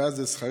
והיה זה שכרי,